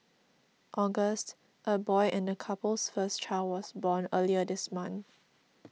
August a boy and the couple's first child was born earlier this month